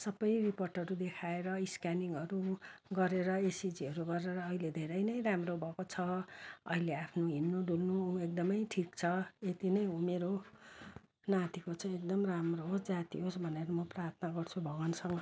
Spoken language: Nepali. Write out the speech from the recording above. सबै रिपोर्टहरू देखाएर स्क्यानिङहरू गरेर इसिजिहरू गरेर अहिले धेरै नै राम्रो भएको छ अहिले आफ्नो हिँड्नु डुल्नु ऊ एकदमै ठिक छ यति नै हो मेरो नातिको चाहिँ एकदम राम्रो होस् जाती होस् भनेर म प्रार्थना गर्छु भगवान्सँग